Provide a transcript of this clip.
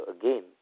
again